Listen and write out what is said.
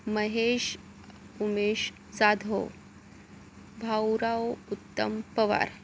Mahesh Umesh Jadhav Bhaurao Uttam Pawar